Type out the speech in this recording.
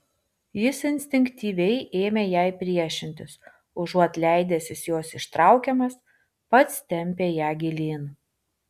jis instinktyviai ėmė jai priešintis užuot leidęsis jos ištraukiamas pats tempė ją gilyn